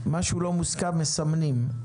מה שלא מוסכם מסמנים,